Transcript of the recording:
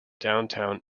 downtown